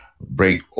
break